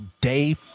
day